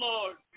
Lord